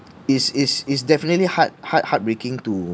it's it's it's definitely heart heart heart heartbreaking to